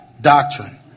doctrine